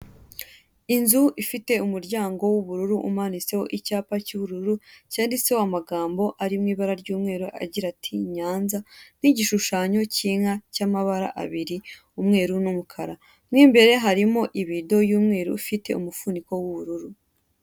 Inzu ifite umuryango w'ubururu, umanitseho icyapa cy'ubururu cyanditseho amagambo agira ati:'' Nyanza.''n'igishushanyo cy'inka cy'amabara abiri, umweru n'umukara, mo imbere harimo ibido, y'umweru ifite umufuniko w'ubururu.